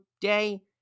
day